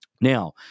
Now